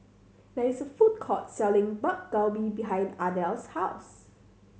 there is a food court selling Dak Galbi behind Ardell's house